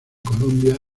colombia